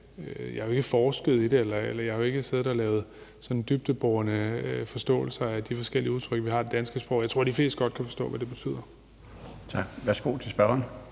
jeg har jo ikke forsket i det eller siddet og lavet sådan dybdeborende analyser af de forskellige udtryk, vi har i det danske sprog. Jeg tror, at de fleste godt kan forstå, hvad det betyder. Kl. 16:14 Den fg.